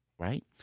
Right